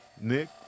Nick